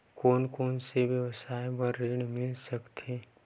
कोन कोन से व्यवसाय बर ऋण मिल सकथे?